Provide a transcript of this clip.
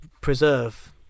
preserve